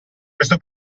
questo